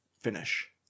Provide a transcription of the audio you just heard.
finish